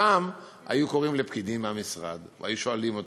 ושם היו קוראים לפקידים מהמשרד והיו שואלים אותם: